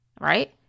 right